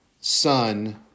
son